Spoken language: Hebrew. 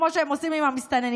כמו שהם עושים עם המסתננים,